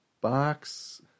Box